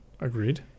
Agreed